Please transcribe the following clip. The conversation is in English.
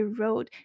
road